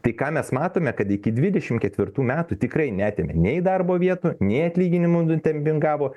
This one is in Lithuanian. tai ką mes matome kad iki dvidešim ketvirtų metų tikrai neatėmė nei darbo vietų nei atlyginimų nudempingavo